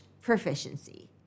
proficiency